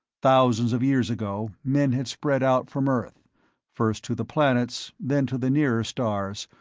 thousands of years ago, men had spread out from earth first to the planets, then to the nearer stars,